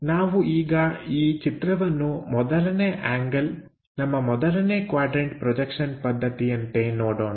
ನಾವು ಈಗ ಈ ಚಿತ್ರವನ್ನು ಮೊದಲನೇ ಆಂಗಲ್ ನಮ್ಮ ಮೊದಲನೆ ಕ್ವಾಡ್ರನ್ಟ ಪ್ರೊಜೆಕ್ಷನ್ ಪದ್ಧತಿಯಂತೆ ನೋಡೋಣ